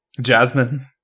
Jasmine